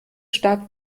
stark